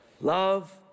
Love